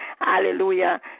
hallelujah